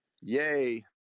yay